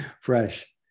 fresh